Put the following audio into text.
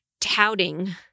touting